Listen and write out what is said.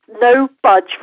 no-budge